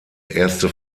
erste